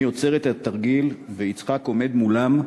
אני עוצר את התרגיל, ויצחק עומד מולם,